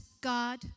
God